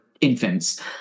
infants